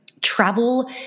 travel